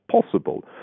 possible